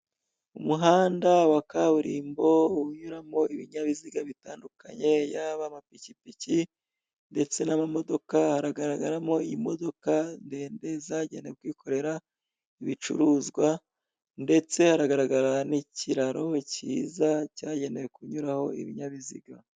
Umuhanda wa kaburimbo, unyuramo ibinyabiziga bitandukanye, yaba amapikipiki ndetse n'amamodoka, hagaragaramo imodoka ndende zagenewe kwikorera ibicuruzwa, ndetse haragaragara n'ikiraro cyiza cyagenewe kunyuraho ibinyabiziga.